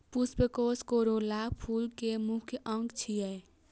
पुष्पकोष कोरोला फूल के मुख्य अंग छियै